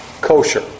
kosher